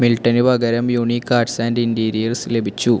മിൽട്ടന് പകരം unique arts and interiors ലഭിച്ചു